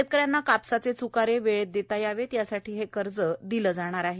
शेतकऱ्यांना कापसाचे चुकारे वेळेत देता यावेत यासाठी हे कर्ज दिलं जाणार आहे